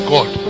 God